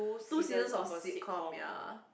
two seasons of sitcom ya